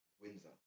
Windsor